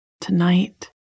Tonight